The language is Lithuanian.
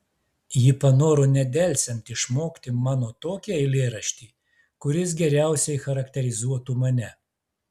ji panoro nedelsiant išmokti mano tokį eilėraštį kuris geriausiai charakterizuotų mane